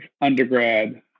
undergrad